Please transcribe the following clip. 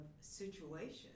situation